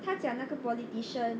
他讲那个 politician